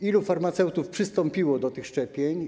Ilu farmaceutów przystąpiło do tych szczepień?